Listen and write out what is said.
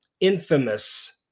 infamous